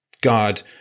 God